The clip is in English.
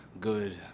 good